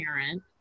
parent